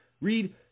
Read